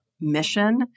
mission